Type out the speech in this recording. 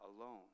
alone